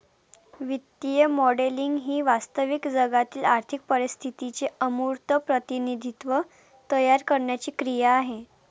वित्तीय मॉडेलिंग ही वास्तविक जगातील आर्थिक परिस्थितीचे अमूर्त प्रतिनिधित्व तयार करण्याची क्रिया आहे